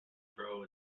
grow